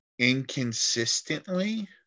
inconsistently